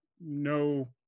no